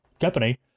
company